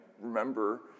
remember